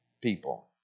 people